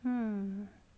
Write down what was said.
hmm